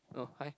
oh hi